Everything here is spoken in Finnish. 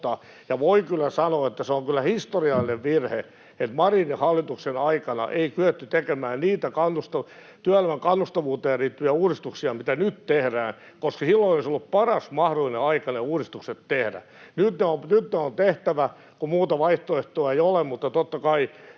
sanoa, että se on kyllä historiallinen virhe, että Marinin hallituksen aikana ei kyetty tekemään niitä työelämän kannustavuuteen liittyviä uudistuksia, mitä nyt tehdään, koska silloin olisi ollut paras mahdollinen aika ne uudistukset tehdä. Nyt ne on tehtävä, kun muuta vaihtoehtoa ei ole, mutta totta kai